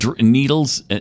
needles